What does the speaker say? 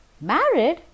Married